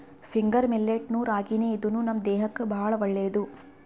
finger millet ನು ರಾಗಿನೇ ಇದೂನು ನಮ್ ದೇಹಕ್ಕ್ ಭಾಳ್ ಒಳ್ಳೇದ್